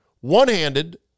one-handed